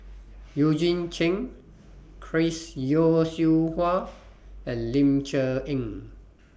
Eugene Chen Chris Yeo Siew Hua and Ling Cher Eng